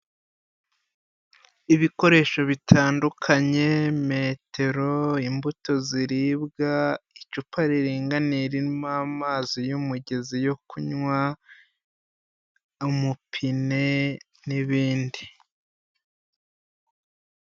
Ibikoresho bitandukanye, metero, imbuto ziribwa, icupa riringani ririmo amazi y'umugezi yo kunywa, umupine n'ibindi.